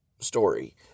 story